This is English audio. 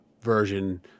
version